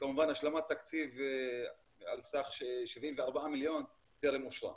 וכמובן השלמת תקציב על סך 74 מיליון טרם אושרה.